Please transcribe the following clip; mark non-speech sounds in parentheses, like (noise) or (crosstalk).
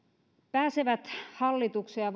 pääsevät hallitukseen ja (unintelligible)